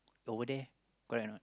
over there correct or not